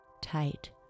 Tight